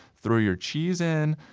throw your cheese in.